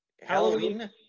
Halloween